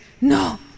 no